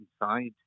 inside